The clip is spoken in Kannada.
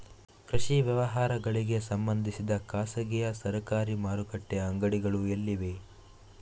ಕೃಷಿ ವ್ಯವಹಾರಗಳಿಗೆ ಸಂಬಂಧಿಸಿದ ಖಾಸಗಿಯಾ ಸರಕಾರಿ ಮಾರುಕಟ್ಟೆ ಅಂಗಡಿಗಳು ಎಲ್ಲಿವೆ?